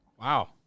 Wow